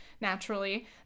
naturally